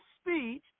speech